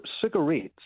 cigarettes